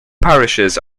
parishes